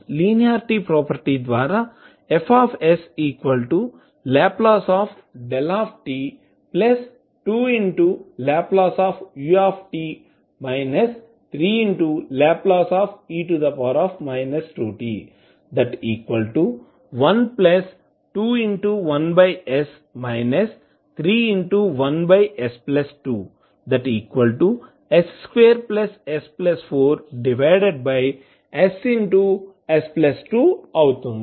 linearity property ద్వారా F Lδ 2 Lu − 3Le−2t 121s 31s2s2s4ss2 అవుతుంది